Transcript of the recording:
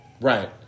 Right